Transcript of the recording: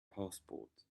passport